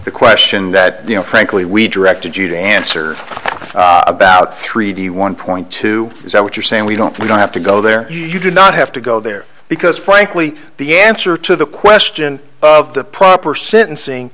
the question that you know frankly we directed you to answer about three d one point two is that what you're saying we don't we don't have to go there you do not have to go there because frankly the answer to the question of the proper sentencing